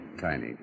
Tiny